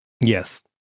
Yes